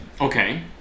okay